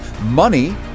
money